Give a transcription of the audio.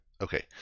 Okay